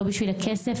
לא בשביל הכסף,